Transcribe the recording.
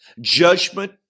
judgment